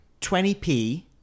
20p